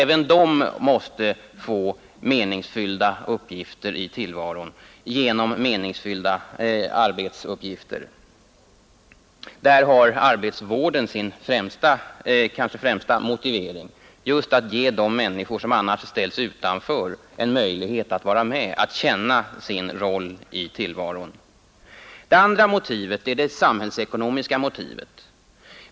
Även dessa måste få meningsfyllda uppgifter i tillvaron genom meningsfyllda arbetsuppgifter. Där har arbetsvården sin främsta motivering, just att ge de människor som annars ställs utanför en möjlighet att vara med och känna sin roll i tillvaron. Det andra motivet är det samhällsekonomiska motivet.